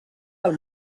del